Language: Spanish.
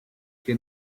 que